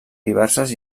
diverses